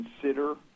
consider